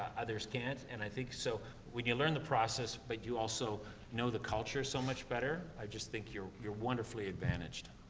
others can't. and i think so when you learn the process but you also know the culture so much better, i just think you're, you're wonderfully advantaged,